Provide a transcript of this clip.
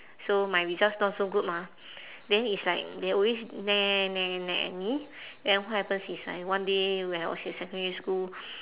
so my results not so good mah then it's like they always nag nag nag nag at me then what happens is like one day when I was in secondary school